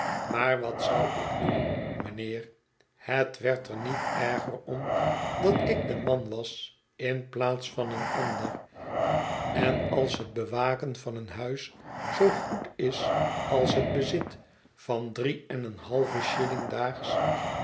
maar wat zou ik doen mijnheer het werd er niet erger om dat ik de man was in plaats van een ander en als het bewaken van een huis zoo goed is als het bezit van drie en een halven shilling daags